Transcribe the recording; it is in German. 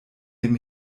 dem